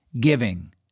giving